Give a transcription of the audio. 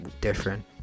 different